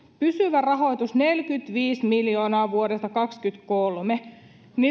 pysyvä rahoitus neljäkymmentäviisi miljoonaa vuodesta kaksikymmentäkolme